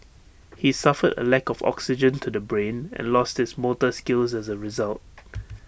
he suffered A lack of oxygen to the brain and lost his motor skills as A result